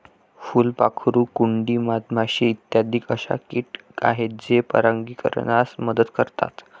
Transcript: फुलपाखरू, कुंडी, मधमाशी इत्यादी अशा किट आहेत जे परागीकरणास मदत करतात